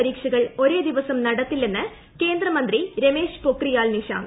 A പരീക്ഷകൾ ഒരേ ന് ദിവസം നടത്തില്ലെന്ന് കേന്ദ്ര മന്ത്രി രമേശ് പൊക്രിയാൽ നിഷാങ്ക്